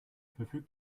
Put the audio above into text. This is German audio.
verfügt